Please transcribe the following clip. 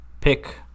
pick